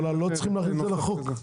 אבל לא צריכים להחליט על החוק.